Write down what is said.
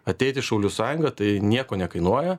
ateit į šaulių sąjungą tai nieko nekainuoja